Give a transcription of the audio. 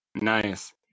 nice